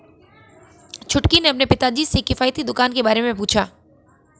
छुटकी ने अपने पिताजी से किफायती दुकान के बारे में पूछा